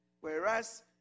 whereas